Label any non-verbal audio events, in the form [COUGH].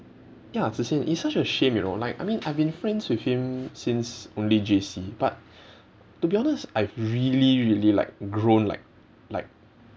ya zi xian it's such a shame you know like I mean I've been friends with him since only J_C but [BREATH] to be honest I've really really like grown like like